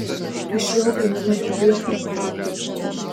iš jo gaminami biopreparatai